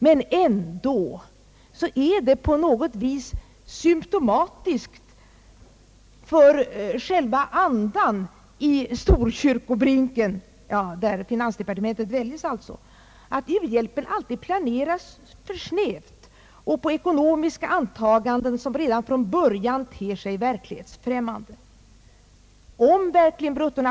Men ändå är det på något sätt symtomatiskt för själva andan i Storkyrkobrinken — där finansdepartementet dväljes — att u-hjälpen alltid planeras för snävt och på ekonomiska antaganden som redan från början ter sig verklighetsfrämmande.